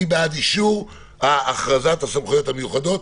מי בעד אישור הכרזת הסמכויות המיוחדות?